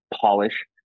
polish